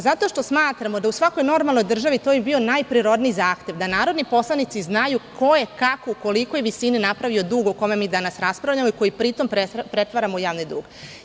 Zato što smatramo da u svakoj normalnoj državi to bi bio najprirodniji zahtev, da narodni poslanici znaju ko je, kako, u kolikoj visini napravio dug o kojem mi danas raspravljamo i koji pri tom pretvaramo u javni dug.